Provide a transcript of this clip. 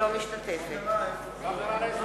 אינה משתתפת בהצבעה מה קרה לישראל ביתנו?